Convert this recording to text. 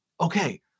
Okay